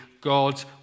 God